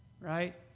right